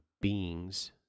beings